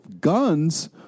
guns